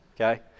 okay